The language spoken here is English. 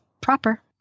proper